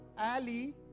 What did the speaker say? Ali